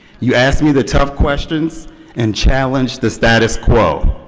you asked me the tough questions and challenged the status quo.